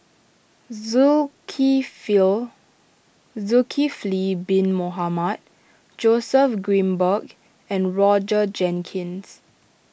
Zulkifli Bin Mohamed Joseph Grimberg and Roger Jenkins